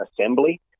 assembly